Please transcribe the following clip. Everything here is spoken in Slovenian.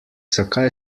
zakaj